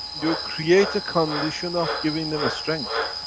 you create a condition of giving them a strength.